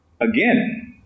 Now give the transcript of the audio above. again